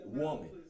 woman